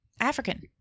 African